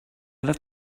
left